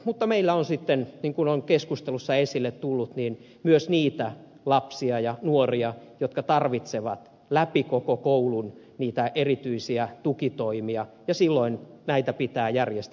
mutta meillä on sitten niin kuin on keskustelussa esille tullut myös niitä lapsia ja nuoria jotka tarvitsevat läpi koko koulun niitä erityisiä tukitoimia ja silloin näitä pitää järjestää